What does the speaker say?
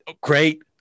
great